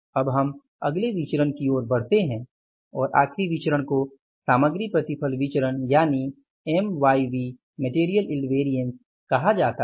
अब हम अगले विचरण की ओर बढ़ते है और आखिरी विचरण को सामग्री प्रतिफल विचरण यानि एमवाईवी कहा जाता है